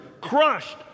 crushed